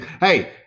Hey